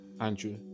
andrew